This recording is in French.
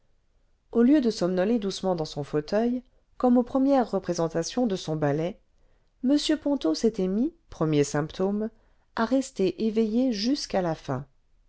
au lieu de somnoler doucement dans son fauteuil comme aux premières representations de son ballet m ponto s'était mis premier symptôme à rester éveillé jusqu'à la fin